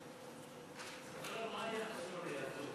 ז'בוטינסקי, מה יחסו ליהדות?